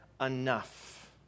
enough